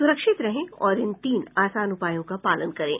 सुरक्षित रहें और इन तीन आसान उपायों का पालन करें